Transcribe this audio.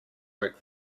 work